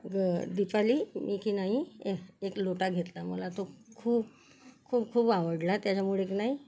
गं दिपाली मी किनई ए एक लोटा घेतला मला तो खूप खूप खूप आवडला त्याच्यामुळे किनई